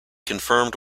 confirmed